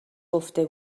گفته